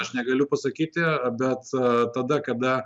aš negaliu pasakyti bet tada kada